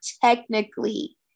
technically